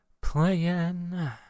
playing